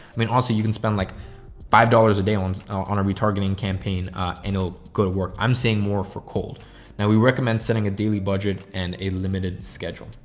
i mean also you can spend like five dollars a day on a retargeting campaign and it'll go to work. i'm seeing more for cold now. we recommend setting a daily budget and a limited schedule.